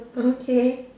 okay